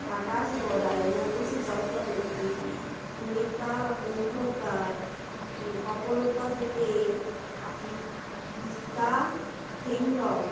Akash Gorai Moutushi Chakraborty Sunita Kumbhakar Aparupa Dule Tista Hembram